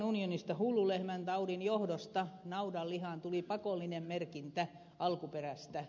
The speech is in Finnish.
hullun lehmän taudin johdosta naudanlihaan tuli pakollinen merkintä alkuperästä